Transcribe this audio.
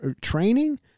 training